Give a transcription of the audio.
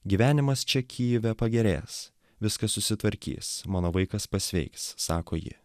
gyvenimas čia kijeve pagerės viskas susitvarkys mano vaikas pasveiks sako ji